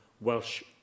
Welsh